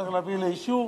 שצריך להביא לאישור,